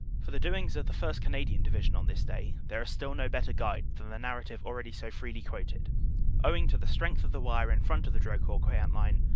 for the doings of the first. canadian division on this day there is still no better guide than the narrative already so freely quoted o ving to the strength of the wire in front of the drocourt-queant line,